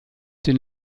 den